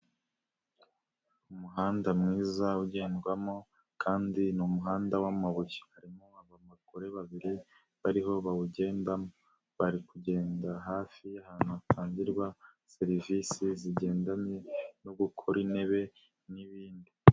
Umuhanda mwiza ugendwamo, kandi ni umuhanda w'amabuye. Harimo abagore babiri bariho bawugendamo, bari kugenda hafi y'ahantu hatangirwa serivisi zigendanye no gukora intebe n'ibindi.